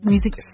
Music